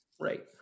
Right